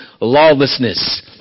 lawlessness